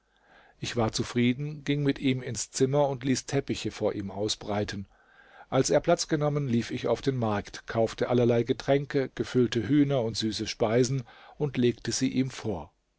ich war zufrieden ging mit ihm ins zimmer und ließ teppiche vor ihm ausbreiten als er platz genommen lief ich auf den markt kaufte allerlei getränke gefüllte hühner und süße speisen und legte sie ihm vor